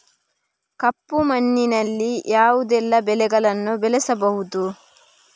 ಕಪ್ಪು ಮಣ್ಣಿನಲ್ಲಿ ಯಾವುದೆಲ್ಲ ಬೆಳೆಗಳನ್ನು ಬೆಳೆಸಬಹುದು?